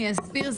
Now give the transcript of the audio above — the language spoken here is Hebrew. אני אסביר,